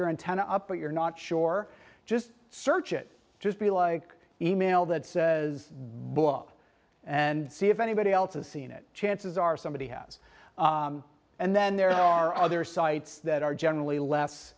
your antenna up but you're not sure just search it just be like e mail that book and see if anybody else is seen it chances are somebody has and then there are other sites that are generally less